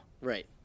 Right